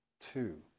two